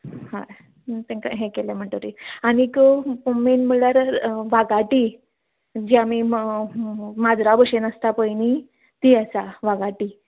हय तेंकां हें केलें म्हणटरी आनीक मेन म्हळ्ळ्यार वाकाटीं जे आमी म माजरां भशेन आसता पय न्ही तीं आसा वागाटीं